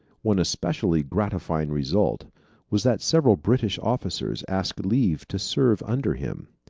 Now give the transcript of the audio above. one especially gratifying result was that several british officers asked leave to serve under him.